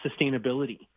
sustainability